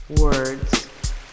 Words